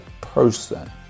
person